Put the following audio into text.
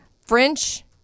French